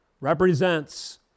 represents